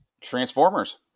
Transformers